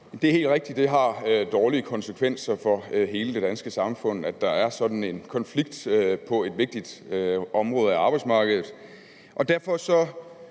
Det er helt rigtigt, at det har dårlige konsekvenser for hele det danske samfund, at der er sådan en konflikt på et vigtigt område af arbejdsmarkedet, og derfor vil